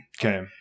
okay